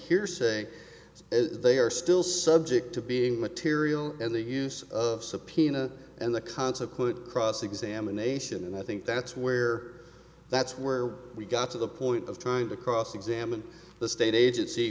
hearsay is they are still subject to being material and the use of subpoena and the consequent cross examination and i think that's where that's where we got to the point of time to cross examine the state agency